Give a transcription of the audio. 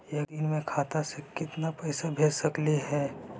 एक दिन में खाता से केतना पैसा भेज सकली हे?